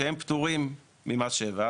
שהם פטורים ממס שבח.